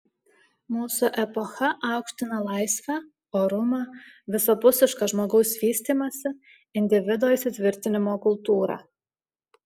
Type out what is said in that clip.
mūsų epocha aukština laisvę orumą visapusišką žmogaus vystymąsi individo įsitvirtinimo kultūrą